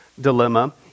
dilemma